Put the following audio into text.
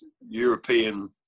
European